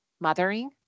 mothering